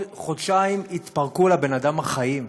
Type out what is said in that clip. בחודשיים התפרקו לבן-אדם החיים.